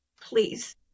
Please